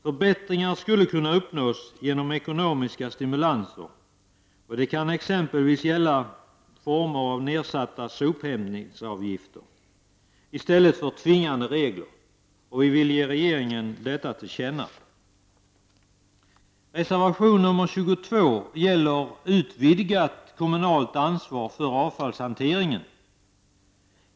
Förbättringar skulle kunna uppnås genom ekonomiska stimulanser exempelvis i form av nedsatta sophämtningsavgifter i stället för tvingande regler. Vi vill ge regeringen detta till känna. Reservation nr 22 gäller utvidgat kommunalt ansvar för avfallshanteringen.